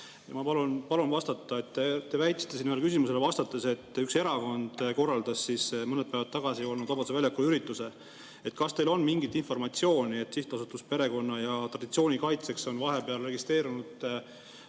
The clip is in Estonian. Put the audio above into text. Ma palun vastata. Te väitsite siin ühele küsimusele vastates, et üks erakond korraldas mõned päevad tagasi Vabaduse väljaku ürituse. Kas teil on mingit informatsiooni, et sihtasutus Perekonna ja Traditsiooni Kaitseks on end vahepeal registreerunud